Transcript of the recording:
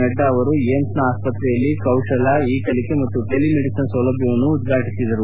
ನಡ್ಡಾ ಅವರು ಏಮ್ಸ್ನ ಆಸ್ಪತ್ರೆಯಲ್ಲಿ ಕೌಶಲ ಇ ಕಲಿಕೆ ಮತ್ತು ಟೆಲಿಮೆದಿಷಿನ್ ಸೌಲಭ್ಯವನ್ನು ಉದ್ಘಾಟಿಸಿದರು